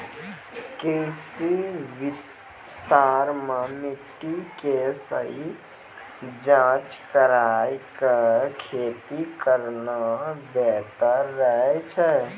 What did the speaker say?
कृषि विस्तार मॅ मिट्टी के सही जांच कराय क खेती करना बेहतर रहै छै